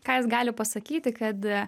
ką jis gali pasakyti kad d